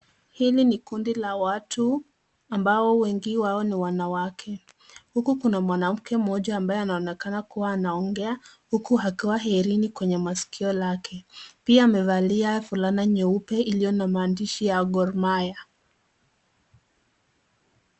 Hili ni kundi la watu ambao wengi wao ni wanawake huku kuna mwanamke mmoja ambaye anaonekana kuwa anaongea huku akiwa na herini kwenye masikio lake pia amevalia fulana nyeupe iliyo na maandishi Gor mahia.